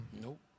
Nope